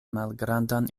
malgrandan